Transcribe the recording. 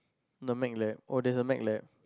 the Mac lab oh there is a Mac lab